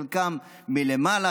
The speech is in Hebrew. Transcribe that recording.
חלקן מלמעלה,